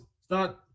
start